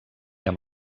amb